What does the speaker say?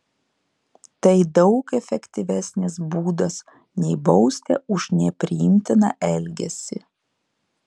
tai daug efektyvesnis būdas nei bausti už nepriimtiną elgesį